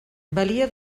valia